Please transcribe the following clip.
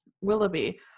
willoughby